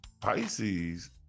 Pisces